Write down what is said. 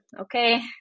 okay